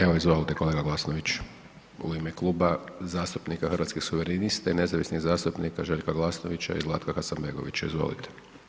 Evo izvolite kolega Glasnović u ime Kluba zastupnika Hrvatskih suverenista i nezavisnih zastupnika Željka Glasnovića i Zlatka Hasanbegovića, izvolite.